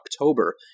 October